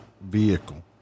vehicle